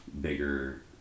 bigger